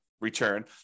Return